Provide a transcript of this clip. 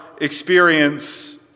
experience